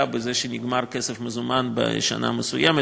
בזה שנגמר הכסף המזומן בשנה מסוימת,